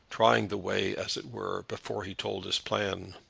trying the way, as it were, before he told his plan.